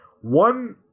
One